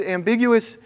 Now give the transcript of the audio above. ambiguous